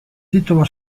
titolo